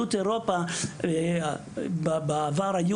בעבר,